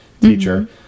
teacher